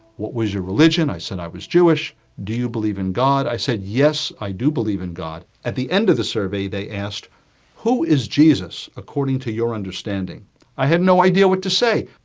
what was your religion i said i was jewish do you believe in god i said yes i do believe in god at the? end of the survey they asked who is jesus according to your understanding i had no idea what to say,